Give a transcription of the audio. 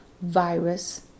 virus